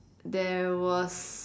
there was